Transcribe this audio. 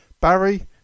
Barry